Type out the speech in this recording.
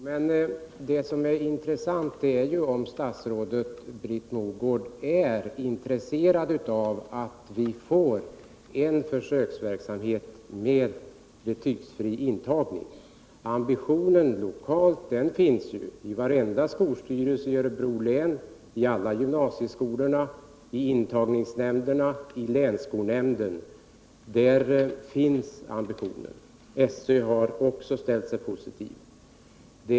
Herr talman! Vad som är viktigt är ju om statsrådet Mogård är intresserad av att vi får en försöksverksamhet med betygsfri intagning. Lokalt finns den ambitionen — i varenda skolstyrelse i Örebro län, i alla gymnasieskolorna, i intagningsnämnderna och i länsskolnämnden. SÖ har också ställt sig positiv.